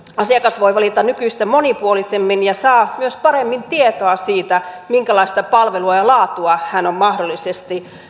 asiakas voi valita nykyistä monipuolisemmin ja saa myös paremmin tietoa siitä minkälaista palvelua ja laatua hän on mahdollisesti